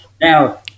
Now